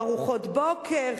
ארוחות בוקר,